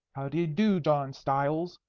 how d'ye do, john stiles?